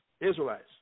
Israelites